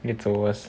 it's the worst